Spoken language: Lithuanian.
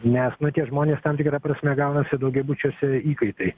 nes nu tie žmonės tam tikra prasme gaunasi daugiabučiuose įkaitai